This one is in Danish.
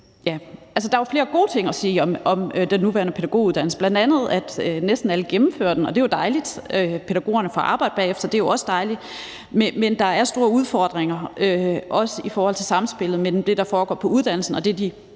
Der er jo flere gode ting at sige om den nuværende pædagoguddannelse, bl.a. at næsten alle gennemfører den, og det er jo dejligt. Pædagogerne får arbejde bagefter. Det er jo også dejligt. Men der er store udfordringer, også i forhold til samspillet mellem det, der foregår på uddannelsen, og det, de